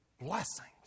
blessings